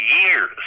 years